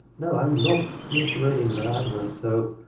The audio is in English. no, i am not misreading the address. so